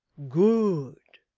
good!